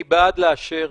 אני בעד לאשר.